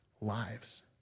lives